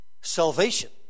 salvation